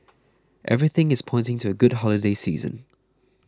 everything is pointing to a good holiday season